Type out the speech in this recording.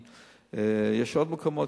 יש עוד מקומות,